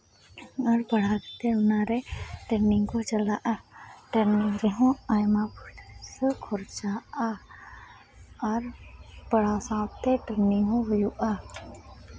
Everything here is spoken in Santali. ᱟᱨ ᱯᱟᱲᱦᱟᱣ ᱠᱟᱛᱮᱫ ᱚᱱᱟᱨᱮ ᱴᱨᱮᱱᱤᱝ ᱠᱚ ᱪᱟᱞᱟᱜᱼᱟ ᱴᱨᱮᱱᱤᱝ ᱦᱚᱸ ᱟᱭᱢᱟ ᱯᱚᱭᱥᱟ ᱠᱷᱚᱨᱪᱟᱜᱼᱟ ᱟᱨ ᱯᱟᱲᱦᱟᱣ ᱥᱟᱶᱛᱮ ᱴᱨᱮᱱᱤᱝ ᱦᱚᱸ ᱦᱩᱭᱩᱜᱼᱟ